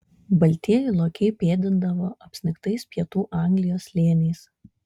baltieji lokiai pėdindavo apsnigtais pietų anglijos slėniais